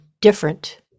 different